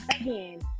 again